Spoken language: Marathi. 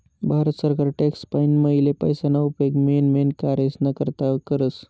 भारत सरकार टॅक्स पाईन मियेल पैसाना उपेग मेन मेन कामेस्ना करता करस